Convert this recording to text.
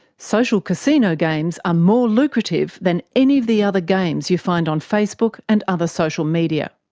social casino games are more lucrative than any of the other games you find on facebook and other social media.